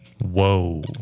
Whoa